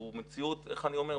הוא מציאות, איך אני אומר?